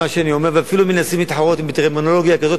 ואפילו מנסים להתחרות אתי בטרמינולוגיה כזאת או אחרת,